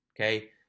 Okay